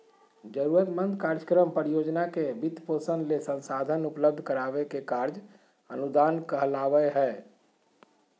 जरूरतमंद कार्यक्रम, परियोजना के वित्तपोषण ले संसाधन उपलब्ध कराबे के कार्य अनुदान कहलावय हय